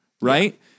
right